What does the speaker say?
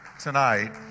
tonight